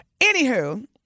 Anywho